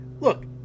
Look